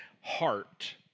heart